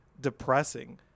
depressing